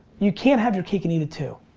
you can't have your cake and eat it too.